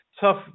tough